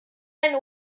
ein